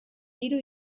hiru